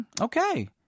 okay